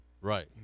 Right